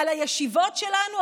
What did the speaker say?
על הישיבות שלנו,